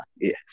yes